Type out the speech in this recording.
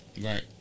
Right